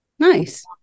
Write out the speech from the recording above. nice